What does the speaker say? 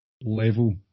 level